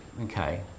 okay